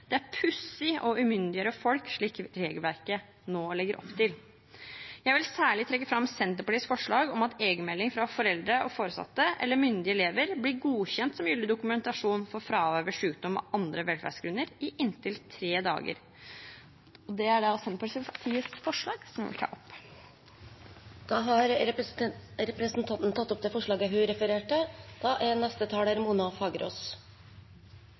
Det er pussig å umyndiggjøre folk slik regelverket nå legger opp til. Jeg vil særlig trekke fram Senterpartiets forslag om at egenmelding fra foreldre og foresatte eller myndige elever blir godkjent som gyldig dokumentasjon for fravær ved sykdom og andre velferdsgrunner, i inntil tre dager – og det er da Senterpartiets forslag, som jeg vil ta opp. Representanten Marit Knutsdatter Strand har tatt opp det forslaget hun refererte til.